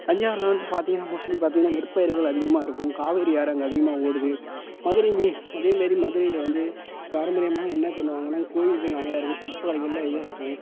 தஞ்சாவூரில் வந்து பார்த்திங்கன்னா மோஸ்ட்லி பார்த்திங்கன்னா நெற்பயிர்கள் அதிகமாக இருக்கும் காவேரி ஆறு அங்கே அதிகமாக ஓடுது மதுரை மீ அதேமாரி மதுரையில் வந்து பாரம்பரியமாக என்ன பண்ணுவாங்கன்னால் கோவில்கள் நிறையா இருக்கும் சிற்பக்கலைகளெலாம் இதாக இருக்கும்